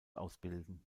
ausbilden